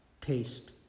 taste